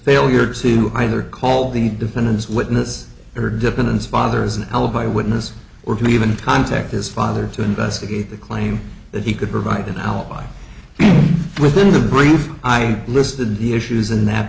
failure to either call the defendant's witness her dependence father as an alibi witness or to even contact his father to investigate the claim that he could provide an alibi within the brain i listed the issues